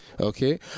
okay